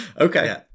Okay